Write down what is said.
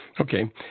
Okay